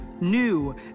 new